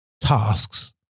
tasks